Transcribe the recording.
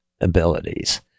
abilities